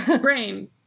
brain